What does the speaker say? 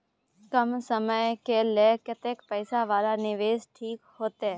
कम समय के लेल कतेक पैसा वाला निवेश ठीक होते?